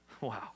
Wow